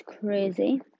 crazy